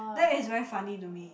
that is very funny to me